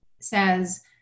says